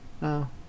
No